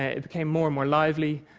ah it became more and more lively,